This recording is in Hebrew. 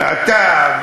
אתה,